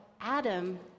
Adam